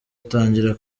atangira